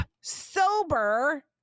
sober